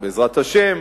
בעזרת השם.